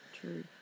True